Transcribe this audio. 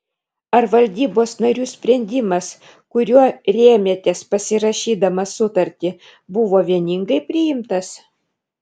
ar valdybos narių sprendimas kuriuo rėmėtės pasirašydamas sutartį buvo vieningai priimtas